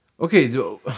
Okay